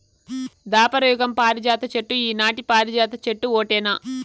దాపర యుగం పారిజాత చెట్టు ఈనాటి పారిజాత చెట్టు ఓటేనా